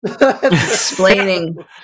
explaining